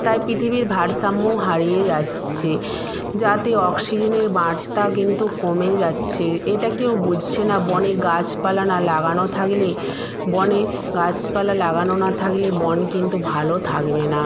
তাই পৃথিবীর ভারসাম্যও হারিয়ে যাচ্ছে যাতে অক্সিজেনের বার্তা কিন্তু কমে যাচ্ছে এটা কেউ বুঝছে না বনে গাছপালা না লাগানো থাকলে বনে গাছপালা লাগানো না থাকলে বন কিন্তু ভালো থাকবে না